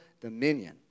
dominion